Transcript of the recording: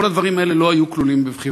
כל הדברים האלה לא היו כלולים בבחירתו.